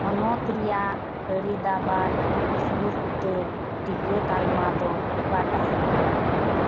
ᱦᱚᱱᱚᱛ ᱨᱮᱭᱟᱜ ᱟᱹᱨᱤᱫᱟᱵᱟᱫ ᱥᱩᱨ ᱩᱛᱟᱹᱨ ᱴᱤᱠᱟᱹ ᱛᱟᱞᱢᱟᱫᱚ ᱚᱠᱟᱴᱟᱜ